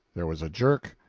there was a jerk,